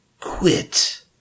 Quit